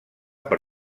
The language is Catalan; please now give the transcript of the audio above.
per